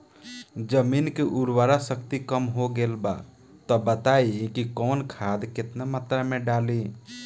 जमीन के उर्वारा शक्ति कम हो गेल बा तऽ बताईं कि कवन खाद केतना मत्रा में डालि?